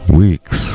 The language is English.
weeks